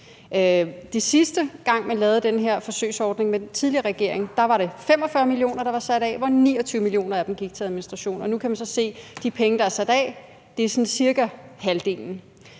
Den sidste gang, man lavede den her forsøgsordning med den tidligere regering, var det 45 mio. kr., der var sat af, hvor 29 mio. kr. gik til administration, og nu kan man så se med de penge, der er sat af, at det er sådan cirka halvdelen.